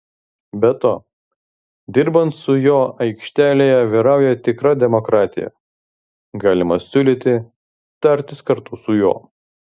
be to dirbant su juo aikštelėje vyrauja tikra demokratija galima siūlyti tartis kartu su juo